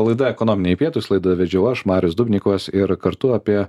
laida ekonominiai pietūs laidą vedžiau aš marius dubnikovas ir kartu apie